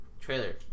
trailer